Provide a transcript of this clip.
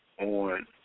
on